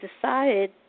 decided